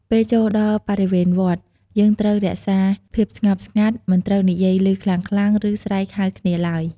ពេលចូលដល់បរិវេណវត្ត យើងត្រូវរក្សាភាពស្ងប់ស្ងាត់ មិនត្រូវនិយាយឮខ្លាំងៗ ឬស្រែកហៅគ្នាឡើយ។